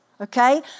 Okay